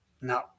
no